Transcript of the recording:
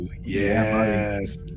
Yes